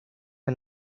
and